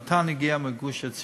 האט"ן הגיע מגוש-עציון.